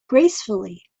gracefully